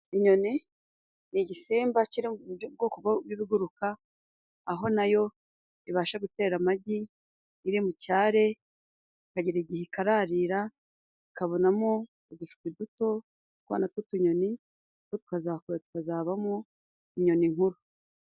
Inyoni ni igisimba mu bwoko bw'ibiguruka aho nayo ibasha gutera amagi, iri mu cyare ikagera igihe ikararira ikabonamo udushwi duto twana tw'utunyoni rero tukazakura tukazabamo inyoni nkuru.